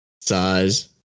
size